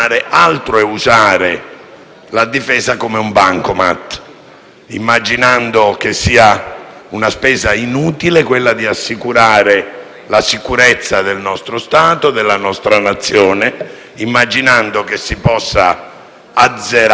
immaginando che sia una spesa inutile quella di assicurare la sicurezza del nostro Stato e della nostra Nazione, immaginando che si possa azzerare la necessaria previsione a lungo termine